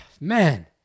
man